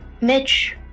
Mitch